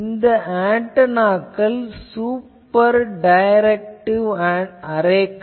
இந்த ஆன்டெனாக்கள் super directive அரேக்கள்